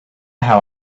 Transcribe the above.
how